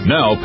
Now